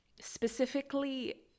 specifically